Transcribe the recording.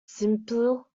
simple